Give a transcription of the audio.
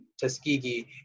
Tuskegee